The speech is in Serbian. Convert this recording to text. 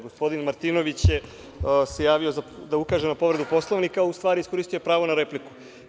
Gospodin Martinović se javio da ukaže na povredu Poslovnika, a u stvari je iskoristio pravo na repliku.